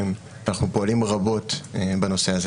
אנחנו פועלים רבות בנושא הזה